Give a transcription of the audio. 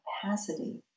capacity